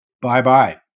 bye-bye